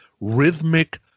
rhythmic